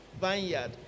vineyard